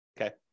okay